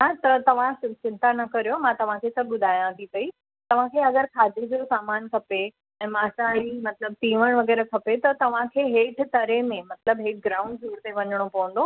हा त तव्हां चिंता न करियो मां तव्हांखे सभु ॿुधायां थी पई तव्हांखे अगरि खाधे जो सामानु खपे ऐं मांसाहारी मतलबु तीवणु वग़ैरह खपे त तव्हांखे हेठि तरे में मतलबु हेठि ग्राउंड फ्लोर ते वञिणो पवंदो